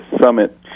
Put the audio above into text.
summit